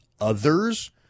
others